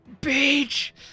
Beach